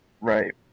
Right